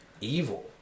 evil